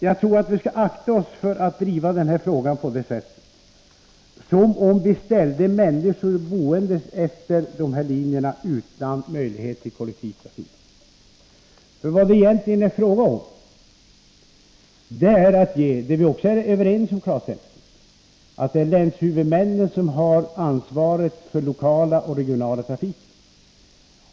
Jag tror att vi skall akta oss för att driva den här frågan som om vi ställde människor som bor utefter de här linjerna utan möjlighet till kollektivtrafik. Vad det egentligen är fråga om — det är vi också överens om, Claes Elmstedt — är att länshuvudmännen har ansvaret för den lokala och regionala trafiken.